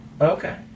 Okay